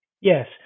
Yes